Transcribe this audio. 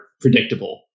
predictable